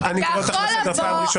טלי, אני קורא אותך לסדר פעם ראשונה.